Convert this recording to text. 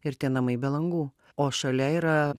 ir tie namai be langų o šalia yra